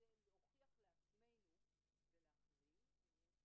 אם נותנים לה את המנדט צריכים לתת את הכלים לנהל